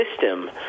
system